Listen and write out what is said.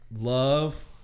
love